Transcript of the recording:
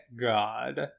god